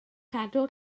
cadw